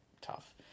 tough